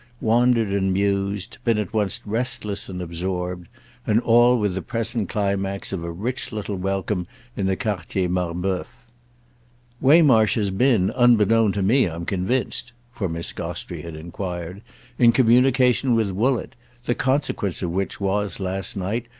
wandered and mused, been at once restless and absorbed and all with the present climax of a rich little welcome in the quartier marboeuf. waymarsh has been, unbeknown to me, i'm convinced for miss gostrey had enquired in communication with woollett the consequence of which was, last night,